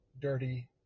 dirty